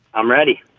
i'm ready.